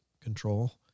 control